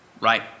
right